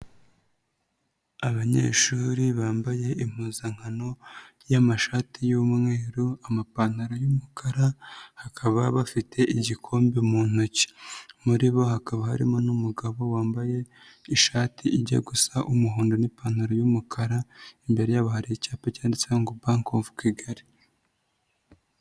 Abanyeshuri bambaye impuzankano y'amashati y'umweru, amapantaro y'umukara bakaba bafite igikombe mu ntoki. Muri bo hakaba harimo n'umugabo wambaye ishati ijya gusa umuhondo n'ipantaro y'umukara, imbere yabo hari icyapa cyanditseho ngo Bank of Kigali.